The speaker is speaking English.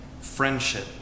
friendship